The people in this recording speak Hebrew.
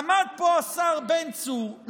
עמד פה השר בן צור,